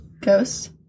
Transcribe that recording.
Ghosts